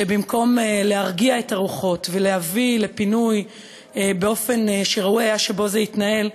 שבמקום להרגיע את הרוחות ולהביא לפינוי באופן שבו ראוי היה שזה יתנהל,